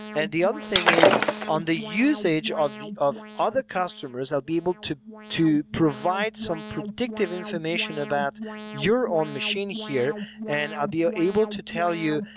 and the other thing is on the usage of the of other customers, they'll be able to to provide some predictive information about your own machine hear and i'll be ah able to tell you,